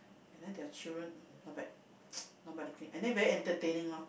and then their children mm not bad not bad looking and then very entertaining loh